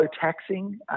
taxing